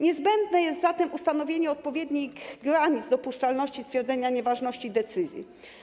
Niezbędne jest zatem ustanowienie odpowiednich granic dopuszczalności stwierdzenia nieważności decyzji.